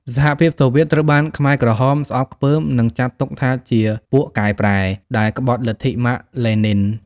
សហភាពសូវៀតត្រូវបានខ្មែរក្រហមស្អប់ខ្ពើម និងចាត់ទុកថាជា «ពួកកែប្រែ» ដែលក្បត់លទ្ធិម៉ាក្ស-លេនីន។